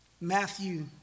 Matthew